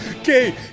Okay